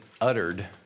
uttered